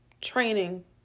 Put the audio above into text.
training